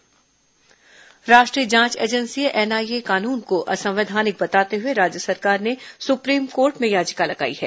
NIA act याचिका राष्ट्रीय जांच एजेंसी एनआईए कानून को असंवैधानिक बताते हुए राज्य सरकार ने सुप्रीम कोर्ट में याचिका लगाई है